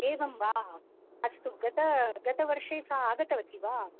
एवं वा अस्तु गत गतवर्षे सा आगतवती वा